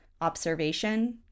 observation